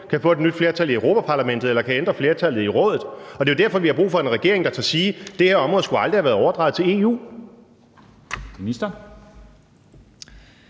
kan få et nyt flertal i Europa-Parlamentet eller kan ændre flertallet i Rådet, og det er jo derfor, vi har brug for en regering, der tør sige, at det her område aldrig skulle have været overdraget til EU.